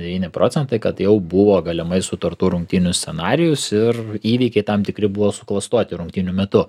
devyni procentai kad jau buvo galimai sutartų rungtynių scenarijus ir įvykiai tam tikri buvo suklastoti rungtynių metu